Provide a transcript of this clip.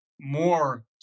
more